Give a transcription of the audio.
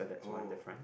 oh